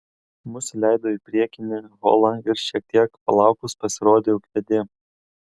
mus įleido į priekinį holą ir šiek tiek palaukus pasirodė ūkvedė